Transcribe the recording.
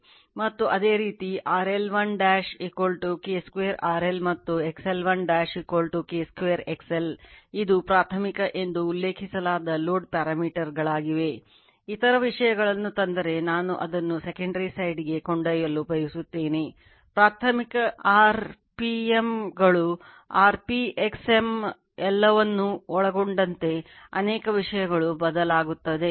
ಮತ್ತು ಅದೇ ರೀತಿ R L 1 K 2 R L ಮತ್ತು X L1 K 2 X L ಇದು ಪ್ರಾಥಮಿಕ ಎಂದು ಉಲ್ಲೇಖಿಸಲಾದ load parameter ಕ್ಕೆ ಕೊಂಡೊಯ್ಯಲು ಬಯಸುತ್ತೇನೆ ಪ್ರಾಥಮಿಕ ಆರ್ಪಿಎಂಗಳು ಆರ್ಪಿ ಎಕ್ಸ್ಎಂ ಎಲ್ಲವನ್ನೂ ಒಳಗೊಂಡಂತೆ ಅನೇಕ ವಿಷಯಗಳು ಬದಲಾಗುತ್ತವೆ